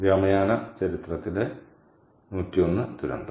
വ്യോമയാന ചരിത്രത്തിലെ നൂറ്റി ഒന്ന് ദുരന്തം